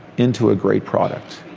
into a great product,